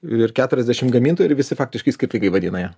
ir keturiasdešim gamintojų ir visi faktiškai skirtingai vadina ją